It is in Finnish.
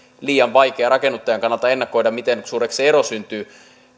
rakennuttajan kannalta liian vaikea ennakoida miten suureksi se ero muodostuu